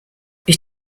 ich